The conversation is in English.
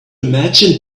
imagine